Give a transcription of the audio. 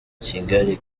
kigali